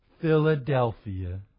Philadelphia